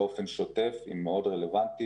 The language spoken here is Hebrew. באופן שוטף היא מאוד רלוונטית.